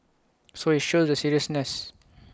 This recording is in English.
so IT shows the seriousness